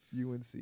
UNC